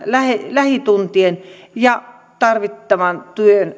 lähituntien ja tarvittavan